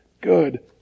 good